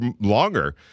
longer